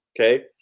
Okay